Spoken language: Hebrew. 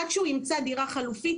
עד שהוא ימצא דירה חלופית,